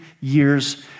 years